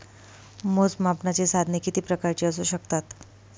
मोजमापनाची साधने किती प्रकारची असू शकतात?